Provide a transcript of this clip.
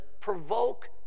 provoke